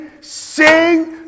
Sing